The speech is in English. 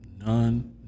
none